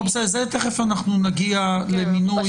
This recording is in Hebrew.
תיכף נגיע למינוי.